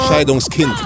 Scheidungskind